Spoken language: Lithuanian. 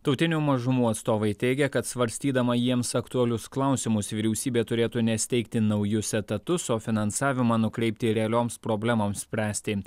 tautinių mažumų atstovai teigia kad svarstydama jiems aktualius klausimus vyriausybė turėtų ne steigti naujus etatus o finansavimą nukreipti realioms problemoms spręsti